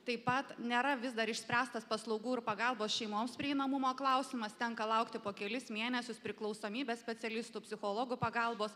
taip pat nėra vis dar išspręstas paslaugų ir pagalbos šeimoms prieinamumo klausimas tenka laukti po kelis mėnesius priklausomybės specialistų psichologų pagalbos